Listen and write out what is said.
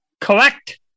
Correct